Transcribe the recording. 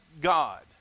God